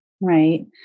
Right